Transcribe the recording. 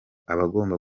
abagomba